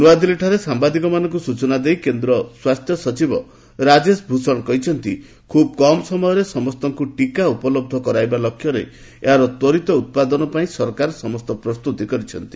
ନୂଆଦିଲ୍ଲୀରେ ସାମ୍ବାଦିକମାନଙ୍କୁ ସୂଚନା ଦେଇ କେନ୍ଦ୍ର ସ୍ୱାସ୍ଥ୍ୟ ସଚିବ ରାଜେଶ ଭୂଷଣ କହିଛନ୍ତି ଖୁବ୍ କମ୍ ସମୟରେ ସମସ୍ତଙ୍କୁ ଟିକା ଉପଲହ୍ଧ କରାଇବା ଲକ୍ଷ୍ୟରେ ଏହାର ତ୍ୱରିତ ଉତ୍ପାଦନ ପାଇଁ ସରକାର ସମସ୍ତ ପ୍ରସ୍ତୁତି କରିଛନ୍ତି